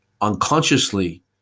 unconsciously